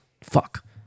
Fuck